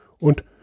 Und